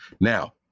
now